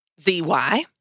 Z-Y